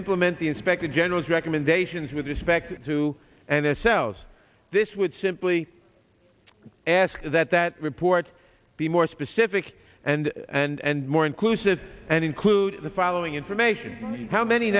implement the inspector general's recommendations with respect to and ourselves this would simply ask that that report be more specific and and more inclusive and include the following information how many